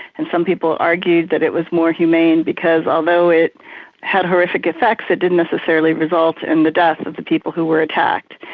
and some people argued that it was more humane because although it had horrific effects it didn't necessarily result in the death of the people who were attacked.